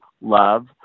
love